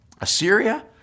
Assyria